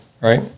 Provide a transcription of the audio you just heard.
right